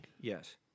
Yes